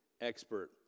Expert